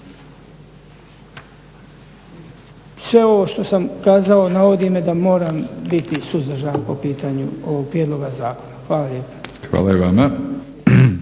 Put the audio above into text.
Sve ovo što sam kazao navodi me da moram biti suzdržan po pitanju ovoga prijedloga zakona. Hvala lijepa. **Batinić,